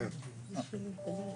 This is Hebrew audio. בזום.